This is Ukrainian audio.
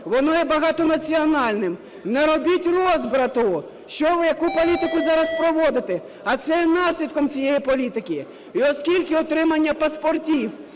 воно є багатонаціональним. Не робіть розбрату! Що ви… яку політику зараз проводите? А це є наслідком цієї політики. І оскільки отримання паспортів